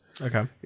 okay